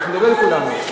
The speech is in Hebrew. אנחנו מדברים אל כולם.